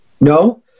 No